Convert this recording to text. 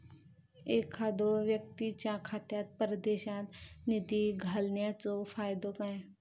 एखादो व्यक्तीच्या खात्यात परदेशात निधी घालन्याचो फायदो काय?